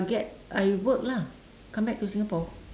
get I work lah comeback to singapore